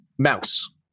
Mouse